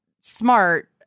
smart